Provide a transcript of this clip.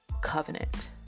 covenant